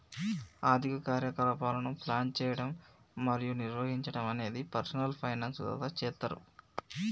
ఆర్థిక కార్యకలాపాలను ప్లాన్ చేయడం మరియు నిర్వహించడం అనేది పర్సనల్ ఫైనాన్స్ ద్వారా చేస్తరు